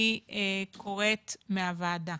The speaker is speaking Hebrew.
אני קוראת מהוועדה